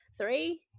three